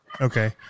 okay